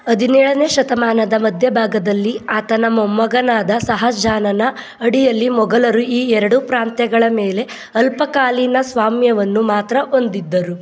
ಹದಿನೇಳನೇ ಶತಮಾನದ ಮಧ್ಯಭಾಗದಲ್ಲಿ ಆತನ ಮೊಮ್ಮಗನಾದ ಶಹಜಾನನ ಅಡಿಯಲ್ಲಿ ಮೊಘಲರು ಈ ಎರಡು ಪ್ರಾಂತ್ಯಗಳ ಮೇಲೆ ಅಲ್ಪಕಾಲೀನ ಸ್ವಾಮ್ಯವನ್ನು ಮಾತ್ರ ಹೊಂದಿದ್ದರು